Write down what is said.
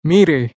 Mire